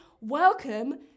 Welcome